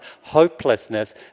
hopelessness